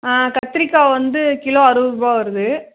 ஆ கத்திரிக்காய் வந்து கிலோ அறுபது ரூபாய் வருது